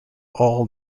all